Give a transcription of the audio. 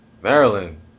Maryland